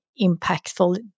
impactful